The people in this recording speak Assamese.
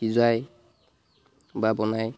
সিজাই বা বনাই